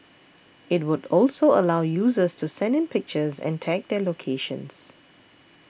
it would also allow users to send in pictures and tag their locations